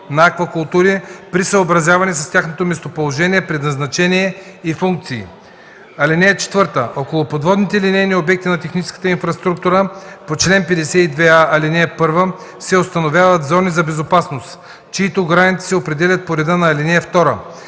на аквакултури, при съобразяване с тяхното местоположение, предназначение и функции. (4) Около подводните линейни обекти на техническата инфраструктура по чл. 52а, ал. 1 се установяват зони за безопасност, чиито граници се определят по реда на ал. 2.